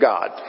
God